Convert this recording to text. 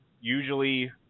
usually